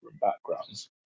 backgrounds